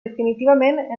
definitivament